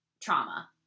trauma